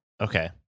Okay